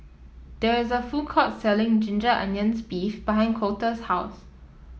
there is a food court selling Ginger Onions beef behind Colter's house